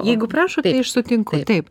jeigu prašo sutinku taip